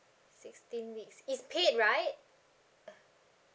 sixteen weeks it's paid right